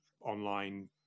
online